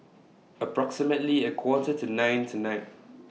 approximately A Quarter to nine tonight